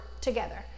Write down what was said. together